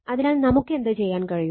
അതിനാൽ നമുക്ക് എന്തുചെയ്യാൻ കഴിയും